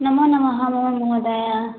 नमो नमः मोहन महोदय